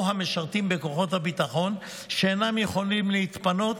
או המשרתים בכוחות הביטחון שאינם יכולים להתפנות